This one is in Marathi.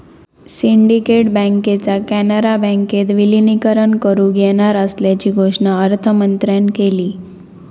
सिंडिकेट बँकेचा कॅनरा बँकेत विलीनीकरण करुक येणार असल्याची घोषणा अर्थमंत्र्यांन केली